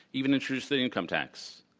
even introduced the income tax.